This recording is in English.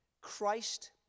Christ